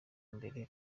mbere